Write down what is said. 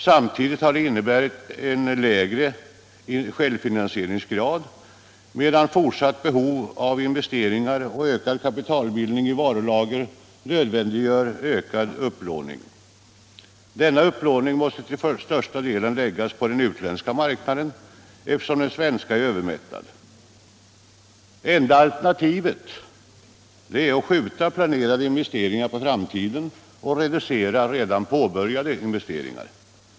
Samtidigt innebär detta lägre självfinansieringsgrad, medan fortsatt behov av investeringar och ökad kapitalbindning i varulager nödvändiggör ökad upplåning. Denna upplåning måste till största delen läggas på den utländska marknaden, eftersom den svenska är övermättad. Enda alternativet är att skjuta planerade investeringar på framtiden och att reducera redan påbörjade investeringar.